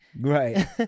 Right